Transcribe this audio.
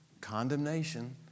Condemnation